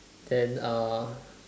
then uh